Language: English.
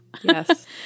Yes